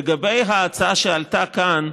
לגבי ההצעה שעלתה כאן,